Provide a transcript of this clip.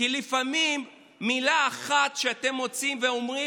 כי לפעמים מילה אחת שאתם מוציאים ואומרים